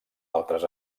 altres